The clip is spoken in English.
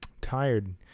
tired